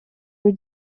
were